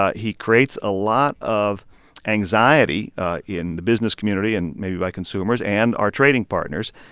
ah he creates a lot of anxiety in the business community and maybe by consumers and our trading partners.